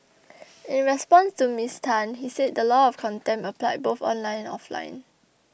in response to Miss Tan he said the law of contempt applied both online and offline